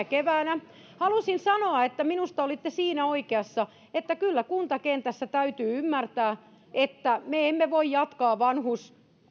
keväänä halusin sanoa että minusta olitte siinä oikeassa että kyllä kuntakentässä täytyy ymmärtää että me emme voi jatkaa